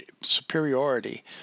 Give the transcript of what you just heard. superiority